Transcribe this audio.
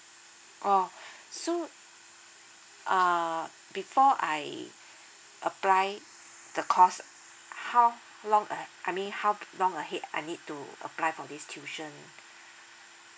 oh so uh before I apply the course how long uh I mean how long ahead I need to apply for this tuition